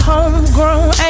Homegrown